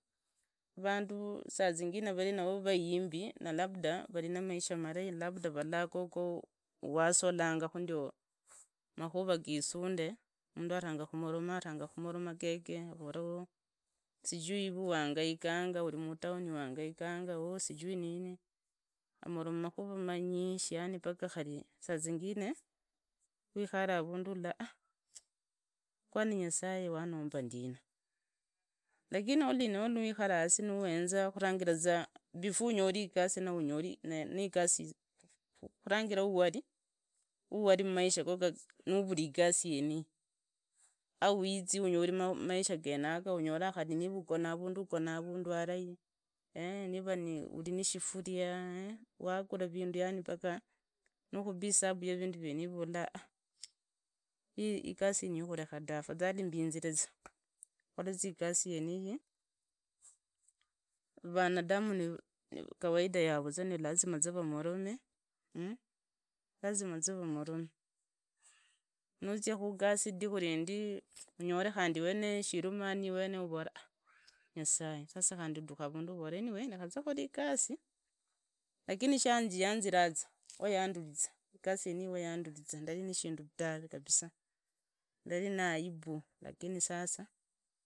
Variable suzingine ranna roro vayimbi na labda ruri na maisha malai vulla gogo uhasolanga, malihura gisunde, mundu baranga khumoromaa haranga. Khumoroma yeye namoroma sijui ivee uhangaikanga uii mutoo ni khangairanga amoromakhu manyishi paka khari sazingine, kwikhare arundu ulla kwani nyasaye wanomba ndina lakini nuli nuwikhare hasi, nuchenze khunda za before uhenze iyasi nanyola igasi khurangira uwali mamaisha gogo nuwari nigasi yeniyi, yizi unyoli maisha yenayo unyola khari nivu ugonaa avundu harai niva uri nishihuria wagura vindu paria nukhuri hesabu ria vindu vieneivi ullah igasi yeniyi niyikhumbinzirizaa ta afadhali nyore igasi yeniyi ranadamu ni kawaida yavo lazima za vumorome, lazima vamarome, nuzia khugasi rindikhu rindii unyole khandi iweneo shirumane khandi uvola nyasaye sasa udhakha avundu uroree, nikhole igasi lakni shanjiyanziraza wayanduriza, igasi yeniyi wayanduriza, ndari ndari nishindu tawe kabisa ndari naaibu lakini sasa.